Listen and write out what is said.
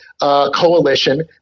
coalition